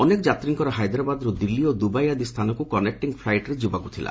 ଅନେକ ଯାତ୍ରୀଙ୍କର ହାଇଦ୍ରାବାଦରୁ ଦିଲ୍ଲୀ ଓ ଦୁବାଇ ଆଦି ସ୍ଚାନକୁ କନେକୃଟିଙ୍ ଫ୍ଲାଇଟ୍ରେ ଯିବାର ଥିଲା